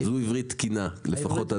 זו עברית תקינה לפחות עד היום.